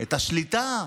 את השליטה.